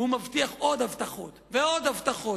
הוא מבטיח עוד הבטחות ועוד הבטחות,